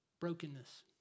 brokenness